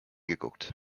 geguckt